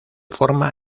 forma